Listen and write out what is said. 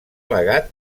legat